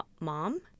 mom